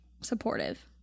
supportive